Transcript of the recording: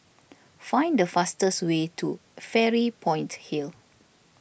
find the fastest way to Fairy Point Hill